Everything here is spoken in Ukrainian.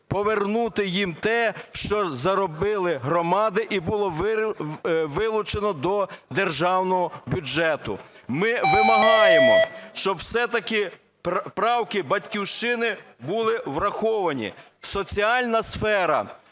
повернути їм те, що заробили громади і було вилучено до державного бюджету. Ми вимагаємо, щоб все-таки правки "Батьківщини" були враховані. Соціальна сфера,